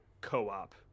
co-op